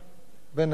"נקמה",